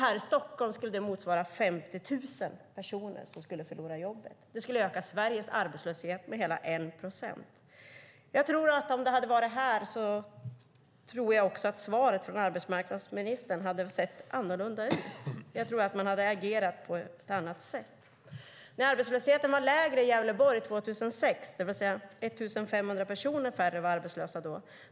I Stockholm skulle det motsvara 50 000 personer som skulle förlora jobbet. Det skulle öka Sveriges arbetslöshet med hela 1 procent. Om det hade varit här tror jag att svaret från arbetsmarknadsministern hade sett annorlunda ut. Jag tror att man hade agerat på ett annat sätt. År 2006 var arbetslösheten lägre i Gävleborg - det var 1 500 personer färre som var arbetslösa.